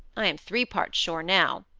i am three parts sure now.